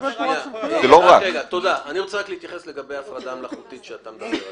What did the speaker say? אני רוצה להתייחס לגבי הפרדה מלאכותית שאתה מדבר עליה.